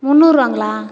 முந்நூறுரூவாங்களா